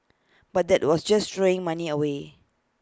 but that was just throwing money away